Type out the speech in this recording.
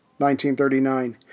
1939